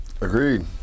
Agreed